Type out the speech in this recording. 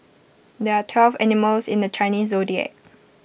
there are twelve animals in the Chinese Zodiac